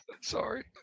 Sorry